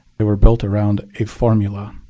they were built around a formula.